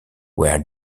were